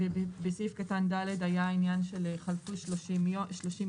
ובסעיף קטן (ד) היה עניין של: חלפו 30 ימים,